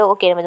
Okay